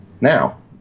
now